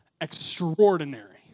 extraordinary